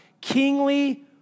kingly